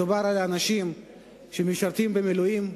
מדובר על אנשים שמשרתים במילואים,